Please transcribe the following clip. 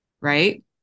right